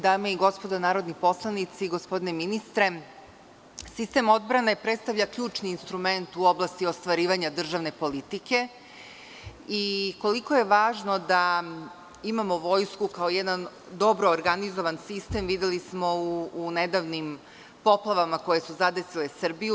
Dame i gospodo narodni poslanici, gospodine ministre, sistem odbrane predstavlja ključni instrument u oblasti ostvarivanje državne politike i koliko je važno da imamo Vojsku kao jedan dobro organizovan sistem videli smo u nedavnim poplavama koje su zadesile Srbiju.